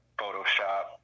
photoshop